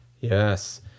Yes